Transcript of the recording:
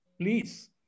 Please